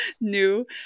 new